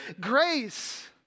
grace